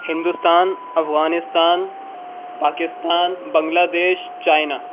Hindustan Afghanistan Pakistan Bangladesh China